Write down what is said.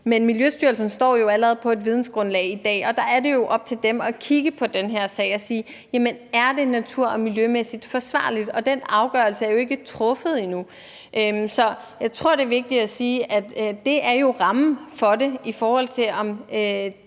Men Miljøstyrelsen står jo allerede på et vidensgrundlag i dag, og der er det op til dem at kigge på den her sag og sige: Jamen er det natur- og miljømæssigt forsvarligt? Og den afgørelse er ikke truffet endnu. Så jeg tror, det er vigtigt at sige, at det jo er rammen for det, i forhold til om